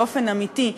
באופן אמיתי,